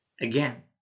again